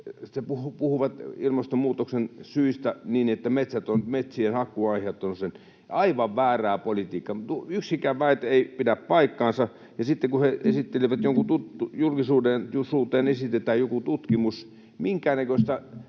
puhuvat ilmastonmuutoksen syistä niin, että metsien hakkuu on aiheuttanut sen. Aivan väärää politiikkaa. Yksikään väite ei pidä paikkaansa, ja sitten kun julkisuuteen esitetään joku tutkimus, minkäännäköistä